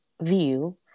view